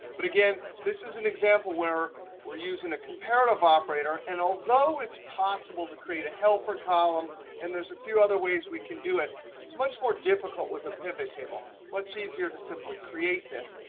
but again, this is an example where we're using a comparative operator, and although it's possible to create a helper column and there's a few other ways we can do it it's much more difficult with a pivot table. much easier to simply create this,